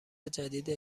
جدیدیه